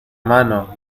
mano